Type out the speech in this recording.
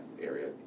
area